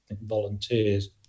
volunteers